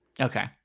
Okay